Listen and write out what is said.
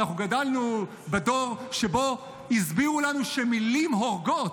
גדלנו בדור שבו הסבירו לנו שמילים הורגות,